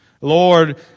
Lord